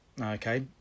Okay